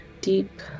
deep